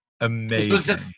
Amazing